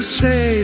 say